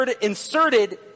inserted